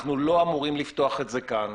אנחנו לא אמורים לפתוח את זה כאן.